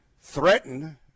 threaten